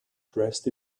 dressed